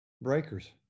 breakers